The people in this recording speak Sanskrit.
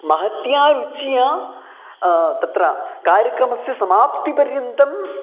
महत्या रुच्या तत्र कार्यक्रमस्य समाप्तिपर्यन्तम्